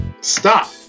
stop